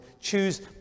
choose